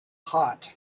hot